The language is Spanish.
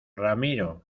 ramiro